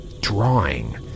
drawing